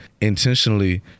intentionally